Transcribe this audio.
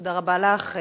תודה רבה לך.